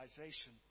realization